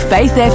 Faith